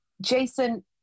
Jason